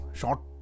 short